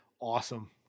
Awesome